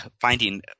finding